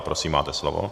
Prosím, máte slovo.